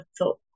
thought